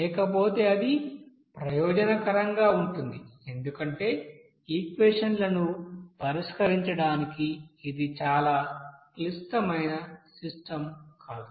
లేకపోతే అది ప్రయోజనకరంగా ఉంటుంది ఎందుకంటే ఈక్యేషన్ాలను పరిష్కరించడానికి ఇది చాలా క్లిష్టమైన సిస్టం కాదు